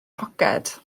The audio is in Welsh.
poced